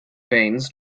veins